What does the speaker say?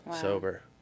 sober